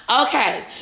Okay